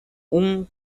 con